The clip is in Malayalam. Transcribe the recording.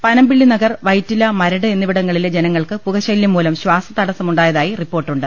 പനമ്പിള്ളിനഗർ വൈറ്റില മരട് എന്നിവിടങ്ങളിലെ ജനങ്ങൾക്ക് പുകശല്യമൂലം ശ്വാസതടസ്സമുണ്ടായതായി റിപ്പോർട്ടു ണ്ട്